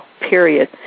period